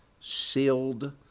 sealed